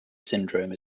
syndrome